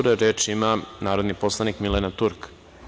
Reč ima narodni poslanik Milena Turk.